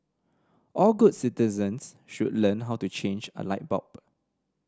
all good citizens should learn how to change a light bulb